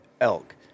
elk